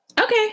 Okay